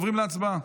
עוברים להצבעה.